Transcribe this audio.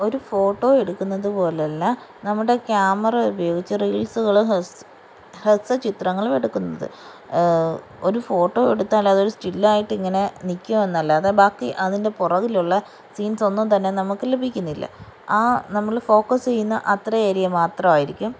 ഒരു ഫോട്ടോ എടുക്കുന്നത് പോലെ അല്ല നമ്മുടെ ക്യാമറ ഉപയോഗിച്ചു റീൽസുകളും ഹ്രസ്വചിത്രങ്ങളും എടുക്കുന്നത് ഒരു ഫോട്ടോ എടുത്താൽ അതൊരു സ്റ്റിൽ ആയിട്ട് ഇങ്ങനെ നിൽക്കും എന്നല്ലാതെ ബാക്കി അതിൻ്റെ പുറകിലുള്ള സീൻസ് ഒന്നും തന്നെ നമുക്ക് ലഭിക്കുന്നില്ല ആ നമ്മൾ ഫോക്കസ് ചെയ്യുന്ന അത്രയും ഏരിയ മാത്രമായിരിക്കും